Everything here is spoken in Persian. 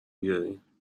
بیارین